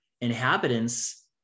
inhabitants